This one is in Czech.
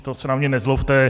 To se na mě nezlobte.